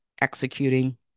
executing